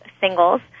singles